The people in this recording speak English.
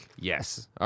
yes